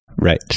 right